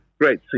Great